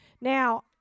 Now